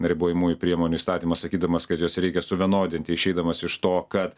ribojamųjų priemonių įstatymą sakydamas kad juos reikia suvienodinti išeidamas iš to kad